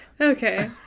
Okay